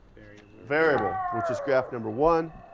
variable, which is graph number one.